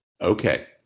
Okay